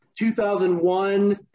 2001